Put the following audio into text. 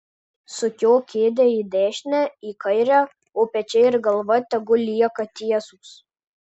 sukiok kėdę į dešinę į kairę o pečiai ir galva tegul lieka tiesūs